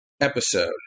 episode